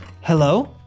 Hello